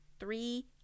three